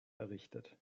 errichtet